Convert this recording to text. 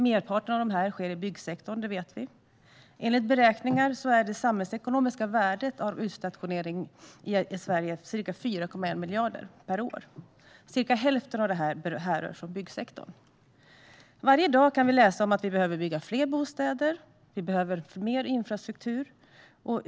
Merparten av dem sker i byggsektorn; det vet vi. Enligt beräkningar är det samhällsekonomiska värdet av utstationering i Sverige ca 4,1 miljarder kronor per år. Ungefär hälften av det härrör från byggsektorn. Varje dag kan vi läsa om att vi behöver bygga fler bostäder och mer infrastruktur.